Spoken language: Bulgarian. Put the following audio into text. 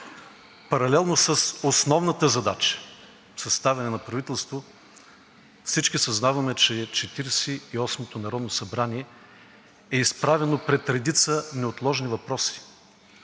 Паралелно с основната задача – съставянето на правителство, всички съзнаваме, че Четиридесет и осмото народно събрание е изправено пред редица неотложни въпроси,